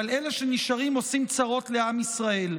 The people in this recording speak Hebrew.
אבל אלה שנשארים עושים צרות לעם ישראל.